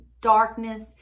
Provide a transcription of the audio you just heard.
darkness